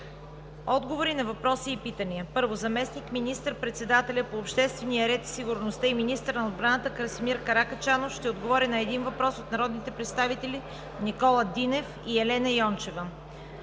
Отговори на въпроси и питания: 1. Заместник министър-председателят по обществения ред и сигурността и министър на отбраната Красимир Каракачанов ще отговори на един въпрос от народните представители Никола Динков и Елена Йончева.